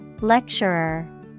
Lecturer